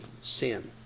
sin